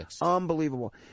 unbelievable